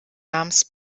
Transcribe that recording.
namens